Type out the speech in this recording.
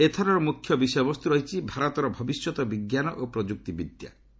ଏଥର ମ୍ରଖ୍ୟ ବିଷୟବସ୍ତ ରହିଛି 'ଭାରତର ଭବିଷ୍ୟତ ବିଜ୍ଞାନ ଓ ପ୍ରଯ୍କକ୍ତିବିଦ୍ୟା'